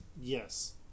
Yes